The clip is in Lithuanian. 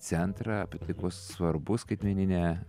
centrą apie tai kuo svarbu skaitmeninė